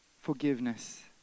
forgiveness